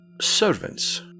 servants